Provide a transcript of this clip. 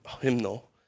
hymnal